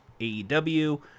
AEW